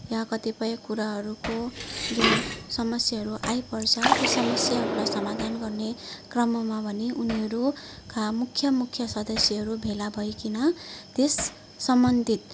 यहाँ कतिपय कुराहरूको जुन समस्याहरू आइपर्छ ती समस्याहरूलाई समाधान गर्ने क्रममा भने उनीहरू कहाँ मुख्य मुख्य सदस्यहरू भेला भईकन त्यस सम्बन्धित